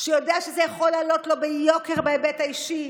שיודע שזה יכול לעלות לו ביוקר בהיבט האישי,